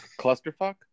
Clusterfuck